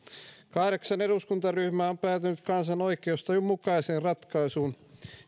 kahdeksan eduskuntaryhmää on päätynyt kansan oikeustajun mukaiseen ratkaisuun